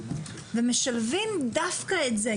ומשלבים דווקא את זה,